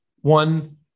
one